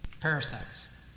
Parasites